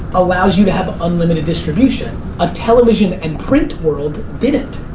allows you to have unlimited distribution. a television and print world didn't.